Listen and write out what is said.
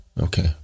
Okay